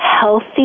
healthy